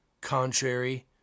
contrary